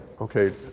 okay